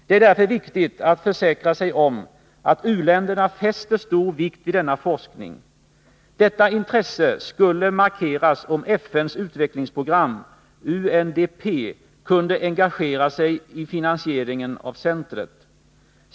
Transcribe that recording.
Det är därför viktigt att försäkra sig om att u-länderna fäster stor vikt vid denna forskning. Detta intresse skulle markeras om FN:s utvecklingsprogram, UNDP, kunde engagera sig i finansieringen av centret.